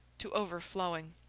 to overflowing.